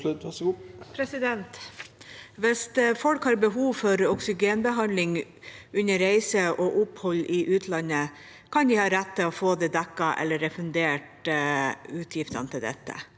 Hvis folk har behov for oksygenbehandling under reise og opphold i utlandet, kan de ha rett til å få dekket eller refundert utgiftene til dette.